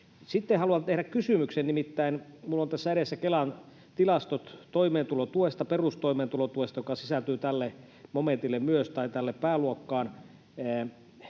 Sitten haluan tehdä kysymyksen: Nimittäin minulla on tässä edessä Kelan tilastot perustoimeentulotuesta, joka sisältyy tähän pääluokkaan